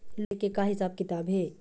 Loan ले के का हिसाब किताब हे?